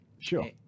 sure